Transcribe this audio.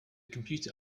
computer